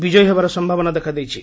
ବିଜୟୀ ହେବାର ସମ୍ଭାବନା ଦେଖାଦେଇଛି